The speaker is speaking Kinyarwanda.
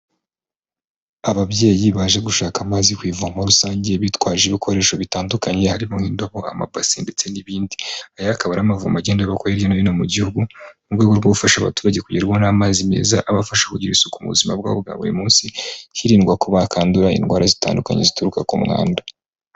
Ababyeyi baje gushaka amazi ku ivomo rusange, bitwaje ibikoresho bitandukanye harimo indobo, amabasi ndetse n'ibindi. Aya akaba ari amavumo agenda ashyirwa hirya no hino mu gihugu, mu rwego rwo gufasha abaturage kugerwaho n'amazi meza, abafasha kugira isuku mu buzima bwabo bwa buri munsi, hirindwa ko bakwandura indwara zitandukanye zituruka ku mwanda.